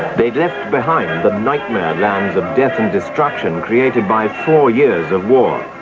they'd left behind the nightmare land of death and destruction created by four years of war.